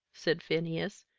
said phineas,